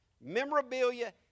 memorabilia